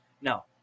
No